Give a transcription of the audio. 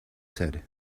said